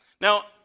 Now